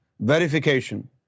verification